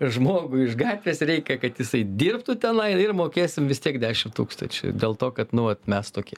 žmogų iš gatvės reikia kad jisai dirbtų tenai ir mokėsim vis tiek dešim tūkstančių dėl to kad nu vat mes tokie